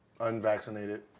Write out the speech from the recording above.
unvaccinated